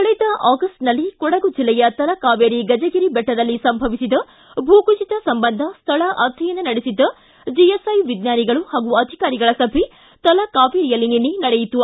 ಕಳೆದ ಆಗ್ಟ್ನಲ್ಲಿ ಕೊಡಗು ಜಿಲ್ಲೆಯ ತಲಕಾವೇರಿ ಗಜಗಿರಿ ಬೆಟ್ಟದಲ್ಲಿ ಸಂಭವಿಸಿದ ಭೂಕುಸಿತ ಸಂಬಂಧ ಸ್ವಳ ಅಧ್ಯಯನ ನಡೆಸಿದ್ದ ಜಿಎಸ್ಐ ವಿಜ್ಞಾನಿಗಳು ಹಾಗೂ ಅಧಿಕಾರಿಗಳ ಸಭೆ ತಲಕಾವೇರಿಯಲ್ಲಿ ನಿನ್ನೆ ಜರುಗಿತು